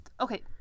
Okay